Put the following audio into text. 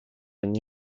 une